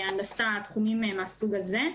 הנדסה תחומים מהסוג הזה,